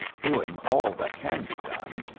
doing all that can be done,